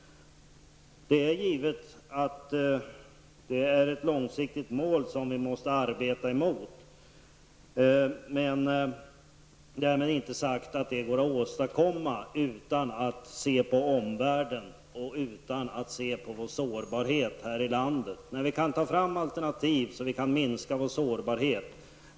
Det är givetvis ett långsiktigt mål som vi måste arbeta för. Därmed är inte sagt att det går att åstadkomma utan att vi ser på omvärlden och på vår sårbarhet här i landet. Men vi kan ta fram alternativ som gör att vi kan minska vår sårbarhet.